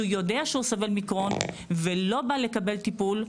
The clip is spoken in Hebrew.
יודע שהוא סבל מקרוהן ולא בא לקבל טיפול,